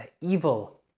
evil